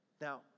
Now